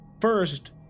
First